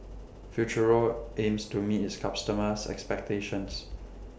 Futuro aims to meet its customers' expectations